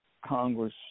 Congress